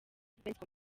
street